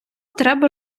треба